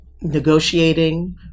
negotiating